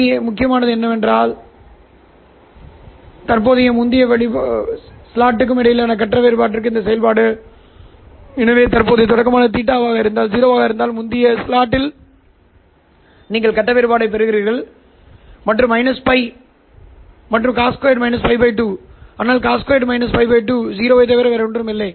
Bt முக்கியமானது என்னவென்றால் தற்போதைய மற்றும் முந்தைய ஸ்லாட்டுக்கு இடையிலான கட்ட வேறுபாட்டின் இந்த செயல்பாடு எனவே தற்போதைய தொடக்கமானது 0 ஆக இருந்தால் முந்தைய ஸ்லாட் is நீங்கள் கட்ட வேறுபாட்டை பெறுகிறீர்கள் л மற்றும் cos2 л2ஆனால் cos2 л2 0 ஐத் தவிர வேறொன்றுமில்லை